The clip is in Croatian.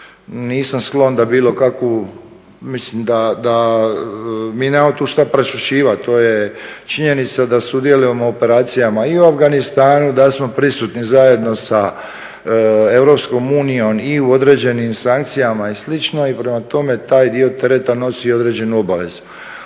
nisam sklon da bilo kakvu, mislim mi nemamo tu šta prešućivat, to je činjenica da sudjelujemo u operacijama i u Afganistanu, da smo prisutni zajedno sa EU i u određenim sankcijama i slično i prema tome taj dio tereta nosi određene obaveze.